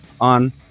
on